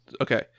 Okay